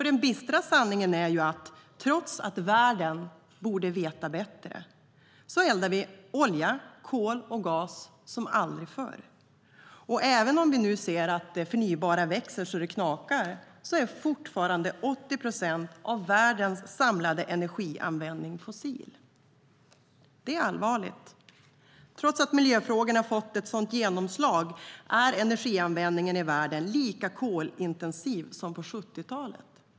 Den bistra sanningen är ju att trots att världen borde veta bättre eldar vi med olja, kol och gas som aldrig förr. Och även om vi nu ser att det förnybara växer så det knakar är fortfarande 80 procent av världens samlade energianvändning fossil. Det är allvarligt. Trots att miljöfrågorna har fått ett sådant genomslag är energianvändningen i världen lika koldioxidintensiv som på 70-talet.